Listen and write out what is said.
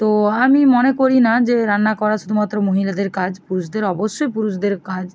তো আমি মনে করি না যে রান্না করা শুধুমাত্র মহিলাদের কাজ পুরুষদের অবশ্যই পুরুষদের কাজ